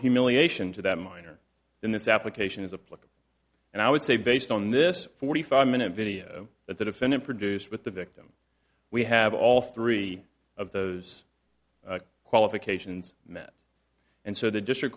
humiliation to that minor in this application is a pluck and i would say based on this forty five minute video that the defendant produced with the victim we have all three of those qualifications met and so the district